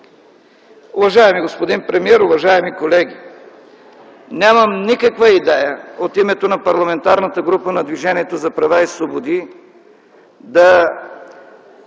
Уважаеми господин премиер, уважаеми колеги! Нямаме никаква идея от името на Парламентарната група на Движението за права и свободи да